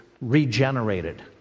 regenerated